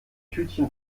tütchen